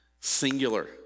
Singular